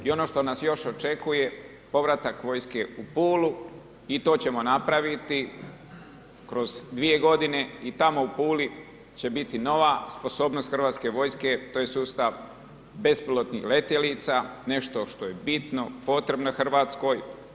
I ono što nas još očekuje, povratak vojske u Pulu i to ćemo napraviti kroz dvije godine i tamo u Puli će biti nova sposobnost hrvatske vojske, to je sustav bespilotnih letjelica, nešto što je bitno, potrebno RH.